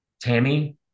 Tammy